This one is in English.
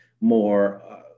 more